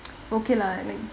okay lah